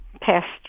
past